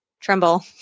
tremble